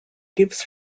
gives